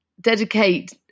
dedicate